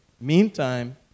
Meantime